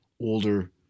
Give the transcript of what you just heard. older